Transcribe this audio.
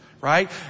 Right